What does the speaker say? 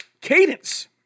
cadence